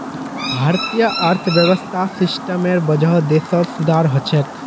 भारतीय अर्थव्यवस्था सिस्टमेर वजह देशत सुधार ह छेक